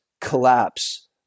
collapse